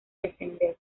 descender